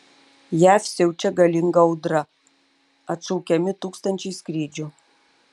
jav siaučia galinga audra atšaukiami tūkstančiai skrydžių